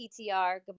PTR